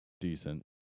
decent